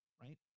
right